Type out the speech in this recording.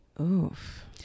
Oof